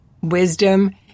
wisdom